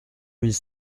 mille